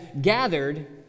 gathered